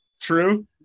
true